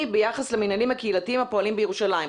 ביחס למינהלים הקהילתיים הפועלים בירושלים.